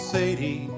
Sadie